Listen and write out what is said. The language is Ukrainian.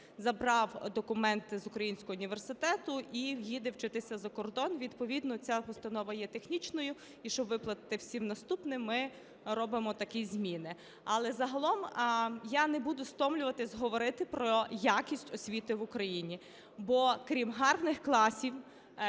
забрав документи з українського університету і їде вчитися за кордон. Відповідно ця постанова є технічною, і щоб виплатити всім наступним, ми робимо такі зміни. Але загалом я не буду стомлюватись говорити про якість освіти в Україні, бо крім гарних класів,